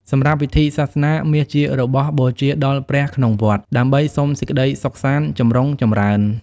សម្រាប់ពិធីសាសនា មាសជារបស់បូជាដល់ព្រះក្នុងវត្ត ដើម្បីសុំសេចក្ដីសុខសាន្តចំរុងចម្រើន។